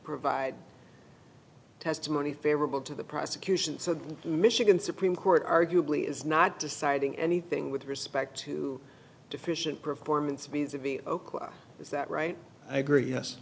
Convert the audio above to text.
provide testimony favorable to the prosecution so the michigan supreme court arguably is not deciding anything with respect to deficient performance be to be ok is that right i agree yes